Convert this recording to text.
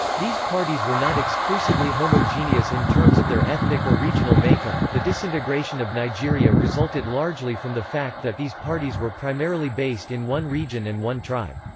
these parties were not exclusively homogeneous in terms of their ethnic or regional make-up the disintegration of nigeria resulted largely from the fact that these parties were primarily based in one region and one tribe.